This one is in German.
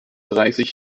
dreißig